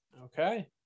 Okay